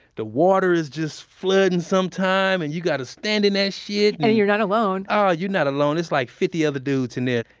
the water is just flooding sometime and you got to stand in that shit. and you're not alone ah you're not alone. it's like fifty other dudes in it.